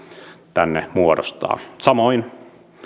tänne muodostaa samoin